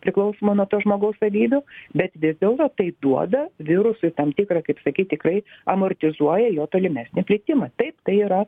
priklausomą nuo to žmogaus savybių bet vis dėlto tai duoda virusui tam tikrą kaip sakyt tikrai amortizuoja jo tolimesnį plitimą taip tai yra